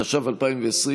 התש"ף 2020,